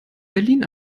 berlin